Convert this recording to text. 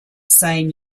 same